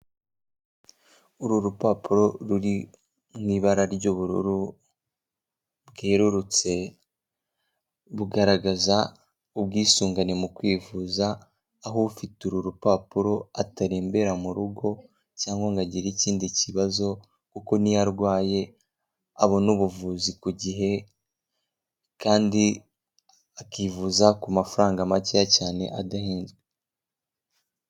Uru rupapuro ruri mu ibara ry'ubururu bwerurutse bugaragaza ubwisungane mu kwivuza, aho ufite uru rupapuro atarembera mu rugo cyangwa ngo agira ikindi kibazo kuko niyo arwaye abona ubuvuzi ku gihe kandi akivuza ku mafaranga makeya cyane adahezwe.